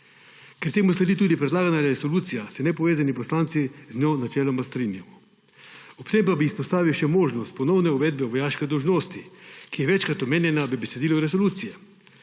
Ker temu sledi tudi predlagana resolucija, se nepovezani poslanci z njo načeloma strinjamo. Ob tem pa bi izpostavil še možnost ponovne uvedbe vojaške dolžnosti, ki je večkrat omenjena v besedilu resolucije.